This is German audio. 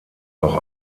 noch